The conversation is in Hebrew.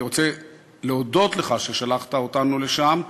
אני רוצה להודות לך על כך ששלחת אותנו לשם,